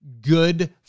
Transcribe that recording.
good